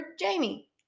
Jamie